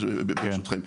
ברשותכם.